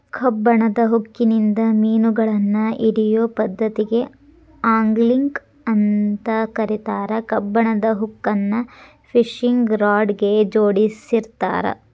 ಕಬ್ಬಣದ ಹುಕ್ಕಿನಿಂದ ಮಿನುಗಳನ್ನ ಹಿಡಿಯೋ ಪದ್ದತಿಗೆ ಆಂಗ್ಲಿಂಗ್ ಅಂತ ಕರೇತಾರ, ಕಬ್ಬಣದ ಹುಕ್ಕನ್ನ ಫಿಶಿಂಗ್ ರಾಡ್ ಗೆ ಜೋಡಿಸಿರ್ತಾರ